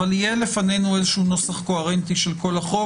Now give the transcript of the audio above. אבל יהיה לפנינו נוסח קוהרנטי של כל החוק,